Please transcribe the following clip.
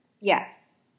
Yes